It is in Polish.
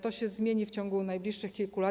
To się zmieni w ciągu najbliższych kilku lat.